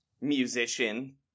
musician